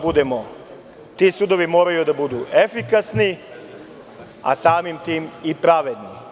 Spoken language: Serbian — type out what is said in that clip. Ti sudovi moraju da budu efikasni, a samim tim i pravedni.